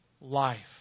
life